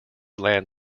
land